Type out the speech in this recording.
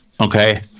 okay